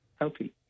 healthy